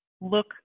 look